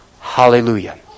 Hallelujah